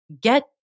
get